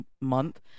month